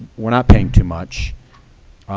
we're not paying too much.